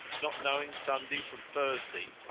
not knowing sunday from thursday,